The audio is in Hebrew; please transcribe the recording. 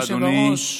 אדוני היושב-ראש,